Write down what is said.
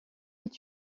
est